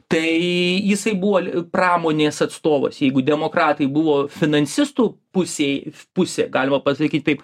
tai jisai buvo pramonės atstovas jeigu demokratai buvo finansistų pusėj pusė galima pasakyt taip